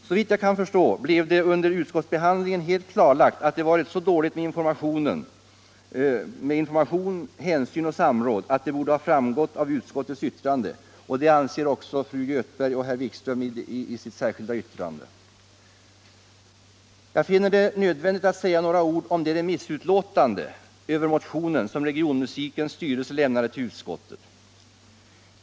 Såvitt jag kan förstå blev det under utskottsbehandlingen helt klarlagt att det varit så dåligt med information, hänsyn och samråd, att det borde ha framgått av utskottets betänkande. Det anser också fru Göthberg och herr Wikström i sitt särskilda yttrande. Jag finner det nödvändigt att säga några ord om det remissutlåtande över motionen som regionmusikens styrelse lämnat i utskottet.